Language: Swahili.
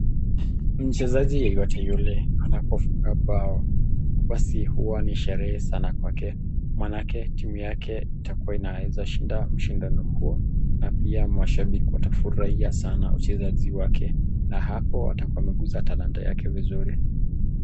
Mchezaji yeyote yule anapofunga bao basi hua ni sherehe sana kwake maanake timu yake itaweza shinda mshindano huo na pia mashabiki watafurahia sanaa na wachezaji wake. Na hapo atakua amekuza talanta yake vizuri